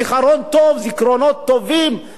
הלא-מוצלח שהיה להם במדינת ישראל.